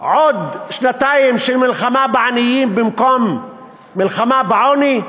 עוד שנתיים של מלחמה בעניים במקום מלחמה בעוני.